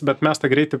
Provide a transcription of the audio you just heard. bet mes tą greitį